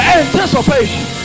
anticipation